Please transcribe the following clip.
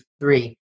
three